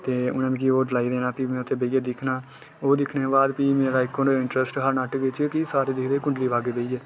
ते उ'नें मिगी ओह् लाई देना फ्ही में उत्थै बेहियै दिक्खना ओह् दिक्खने दे बाद फ्ही मेरा इक होर इंट्रस्ट हा नाटक च कि सारे किट्ठे दिखदे कुंडली भाग्य बेहियै